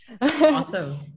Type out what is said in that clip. Awesome